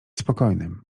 spokojnym